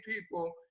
people